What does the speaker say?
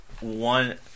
one